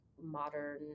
modern